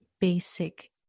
basic